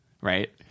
right